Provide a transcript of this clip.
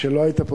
כשלא היית פה,